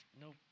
no